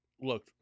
Look